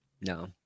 no